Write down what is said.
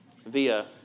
via